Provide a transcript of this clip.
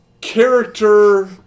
character